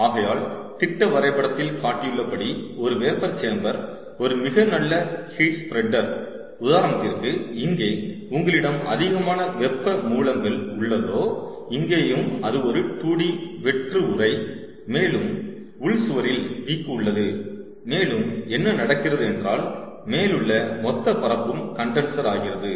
ஆகையால் திட்ட வரைபடத்தில் காட்டியுள்ளபடி ஒரு வேப்பர் சேம்பர் ஒரு மிக நல்ல ஹீட் ஸ்பிரடர் உதாரணத்திற்கு இங்கே உங்களிடம் அதிகமான வெப்பம் மூலங்கள் உள்ளதோ இங்கேயும் அது ஒரு 2D வெற்று உறை மேலும் உள் சுவரில் விக் உள்ளது மேலும் என்ன நடக்கிறது என்றால் மேலுள்ள மொத்த பரப்பும் கண்டன்சர் ஆகிறது